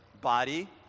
body